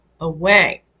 away